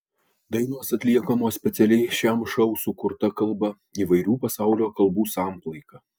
dainos atliekamos specialiai šiam šou sukurta kalba įvairių pasaulio kalbų samplaika